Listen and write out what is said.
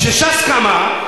כשש"ס קמה,